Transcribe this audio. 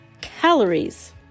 calories